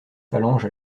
phalanges